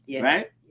right